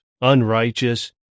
unrighteous